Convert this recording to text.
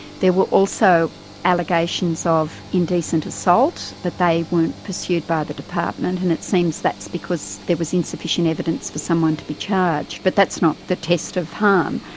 there were also allegations of indecent assault, but they weren't pursued by the department, and it seems that that's because there was insufficient evidence for someone to be charged, but that's not the test of harm.